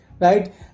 right